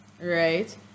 right